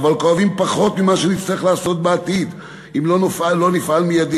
אבל כואבים פחות ממה שנצטרך לעשות בעתיד אם לא נפעל מיידית.